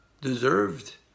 deserved